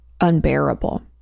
unbearable